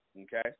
Okay